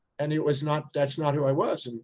and it was not, that's not who i was. and